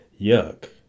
yuck